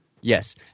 Yes